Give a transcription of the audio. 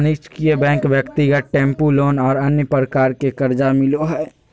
वाणिज्यिक बैंक ब्यक्तिगत tempo loan और अन्य प्रकार के कर्जा मिलो हइ